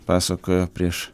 pasakojo prieš